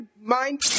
mind